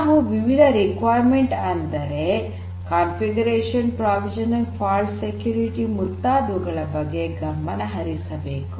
ನಾವು ವಿವಿಧ ಅವಶ್ಯಕತೆಗಳನ್ನು ಅಂದರೆ ಕಾಂಫಿಗರೇಷನ್ ಪ್ರಾವಿಷನಿಂಗ್ ಫಾಲ್ಟ್ ಸೆಕ್ಯೂರಿಟಿ ಮುಂತಾದವುಗಳ ಬಗ್ಗೆ ಗಮನ ಹರಿಸಬೇಕು